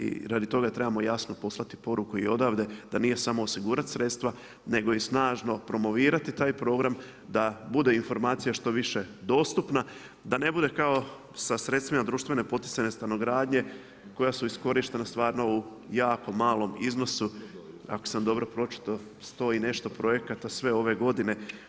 I radi toga trebamo jasno poslati poruku i odavde da nije samo osigurat sredstva, nego i snažno promovirati taj program, da bude informacija što više dostupna, da ne bude kao sa sredstvima društvene poticajne stanogradnje koja su iskorištena stvarno u jako malom iznosu ako sam dobro pročitao 100 i nešto projekata sve ove godine.